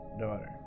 Daughter